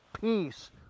peace